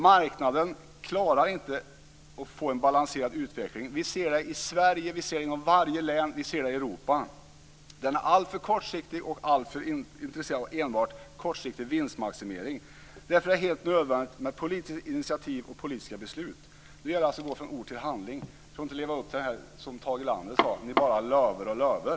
Marknaden klarar inte att få en balanserad utveckling. Vi ser det i Sverige, vi ser det i varje län och vi ser det i Europa. Den är alltför kortsiktig och alltför intresserad av enbart kortsiktig vinstmaximering. Därför är det helt nödvändigt med politiska initiativ och politiska beslut. Det gäller alltså att gå från ord till handling. Vi får inte leva upp till det som Tage Erlander sade: Ni bara "löver" och "löver".